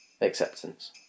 acceptance